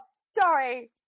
sorry